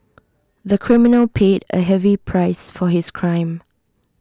the criminal paid A heavy price for his crime